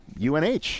UNH